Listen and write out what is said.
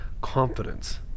confidence